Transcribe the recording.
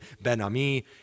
Ben-Ami